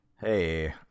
Hey